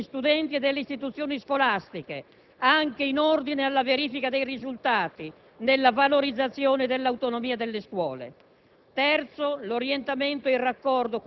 secondo è la responsabilizzazione degli studenti e delle istituzioni scolastiche anche in ordine alla verifica dei risultati, nella valorizzazione dell'autonomia delle scuole;